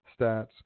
stats